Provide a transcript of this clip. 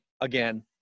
again